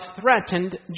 threatened